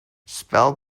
spell